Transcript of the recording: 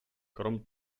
krom